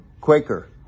quaker